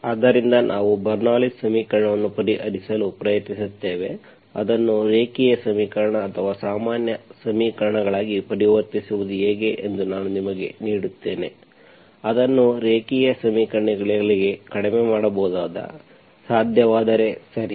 ಆದ್ದರಿಂದ ನಾವು Bernoulli's Bernoullis ಸಮೀಕರಣವನ್ನು ಪರಿಹರಿಸಲು ಪ್ರಯತ್ನಿಸುತ್ತೇವೆ ಅದನ್ನು ರೇಖೀಯ ಸಮೀಕರಣ ಅಥವಾ ಸಾಮಾನ್ಯ ಸಮೀಕರಣಗಳಾಗಿ ಪರಿವರ್ತಿಸುವುದು ಹೇಗೆ ಎಂದು ನಾನು ನಿಮಗೆ ನೀಡುತ್ತೇನೆ ಅದನ್ನು ರೇಖೀಯ ಸಮೀಕರಣಗಳಿಗೆ ಕಡಿಮೆ ಮಾಡಬಹುದು ಸಾಧ್ಯವಾದರೆ ಸರಿ